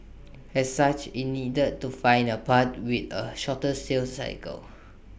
as such IT needed to find A path with A shorter sales cycle